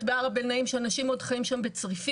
בעראב אל נעים שאנשים עוד חיים שם בצריפים,